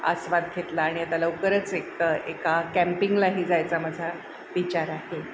आस्वाद घेतला आणि आता लवकरच एक एका कॅम्पिंगलाही जायचा माझा विचार आहे